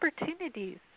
opportunities